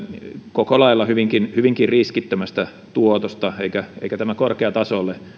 koko lailla hyvinkin hyvinkin riskittömästä tuotosta eikä tämä korkea taso ole